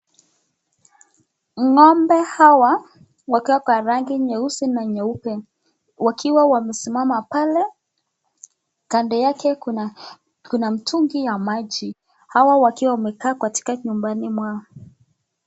Ngo'mbe hawa wako kwa rangi nyeusi na nyeupe, wakiwa wanasimama pale kando yake kuna mtungi ya maji hawa wakiwa wanakaa katika nyumbani mwao.